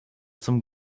zum